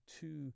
two